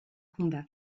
combat